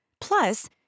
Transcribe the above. Plus